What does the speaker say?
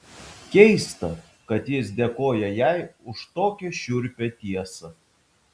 keista kad jis dėkoja jai už tokią šiurpią tiesą